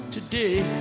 Today